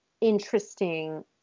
interesting